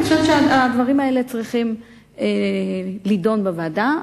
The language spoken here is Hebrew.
אני חושבת שהדברים האלה צריכים להידון בוועדה.